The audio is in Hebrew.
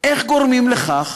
ואיך גורמים לכך,